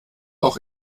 auch